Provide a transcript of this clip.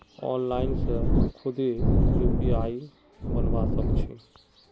online से खुदे UPI बनवा सक छी